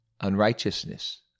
unrighteousness